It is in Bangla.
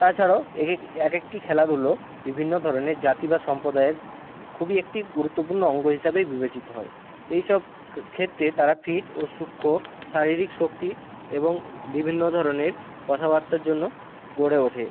তাছাড়াও এক এক এক একটি খেলাধুলো বিভিন্ন ধরনের জাতি বা সম্প্রদায়ের খুবই একটি গুরুত্বপূর্ণ অঙ্গ হিসাবেই বিবেচিত হয় এই সব ক্ষেত্রে তারা ফিট ও সূক্ষ্ম শারীরিক শক্তি এবং বিভিন্ন ধরনের কথাবার্তার জন্য গড়ে ওঠে